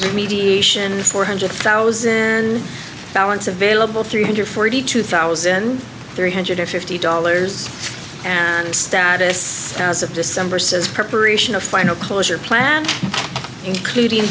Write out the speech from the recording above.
shows mediation four hundred thousand balance available three hundred forty two thousand three hundred fifty dollars status as of december says preparation of final closure plan including